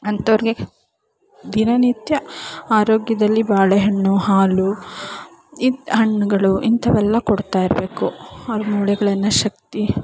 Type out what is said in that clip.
ಅಂಥವ್ರಿಗೆ ದಿನನಿತ್ಯ ಆರೋಗ್ಯದಲ್ಲಿ ಬಾಳೆಹಣ್ಣು ಹಾಲು ಈ ಹಣ್ಣುಗಳು ಇಂಥವೆಲ್ಲ ಕೊಡ್ತಾ ಇರಬೇಕು ಅವ್ರ ಮೂಳೆಗಳನ್ನು ಶಕ್ತಿ